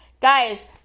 Guys